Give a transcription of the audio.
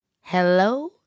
Hello